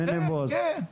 מיניבוס?